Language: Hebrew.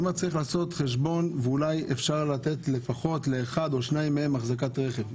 צריך לעשות חשבון ואולי אפשר לתת לפחות לאחד או לשניים מהם החזקת רכב.